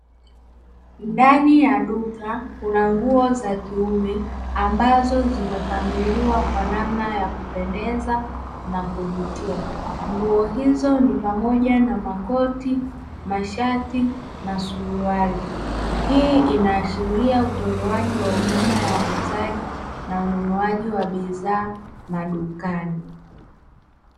Ndani ya duka kuna nguo za kiume ambazo zimepangiliwa kwa namna ya kupendeza na kuvutia. Nguo hizo ni pamoja na makoti, mashati na suruali, hii inaashiria utolewaji wa huduma ya uuzaji, na ununuaji wa bidhaa madukani.